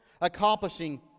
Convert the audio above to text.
accomplishing